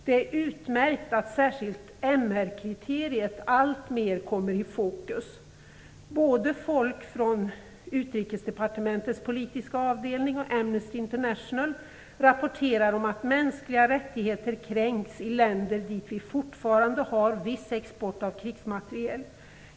Det är utmärkt att särskilt MR-kriteriet alltmer kommer i fokus. Både folk från Utrikesdepartementets politiska avdelning och Amnesty International rapporterar om att mänskliga rättigheter kränks i länder dit vi fortfarande har en viss export av krigsmateriel.